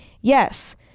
Yes